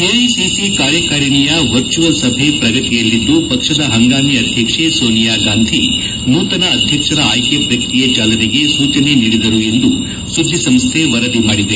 AICC ಕಾರ್ಯಕಾರಿಣಿಯ virtual ಸಭೆ ಪ್ರಗತಿಯಲ್ಲಿದ್ದು ಪಕ್ಷದ ಹಂಗಾಮಿ ಅಧ್ಯಕ್ಷೆ ಸೋನಿಯಾ ಗಾಂಧಿ ನೂತನ ಅಧ್ಯಕ್ಷರ ಆಯ್ಕೆ ಪ್ರಕ್ರಿಯೆ ಚಾಲನೆಗೆ ಸೂಚನೆ ನೀಡಿದರು ಎಂದು ಸುದ್ದಿ ಸಂಸ್ಥೆ ವರದಿ ಮಾಡಿದೆ